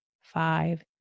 five